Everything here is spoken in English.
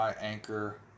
Anchor